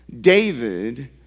David